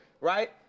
right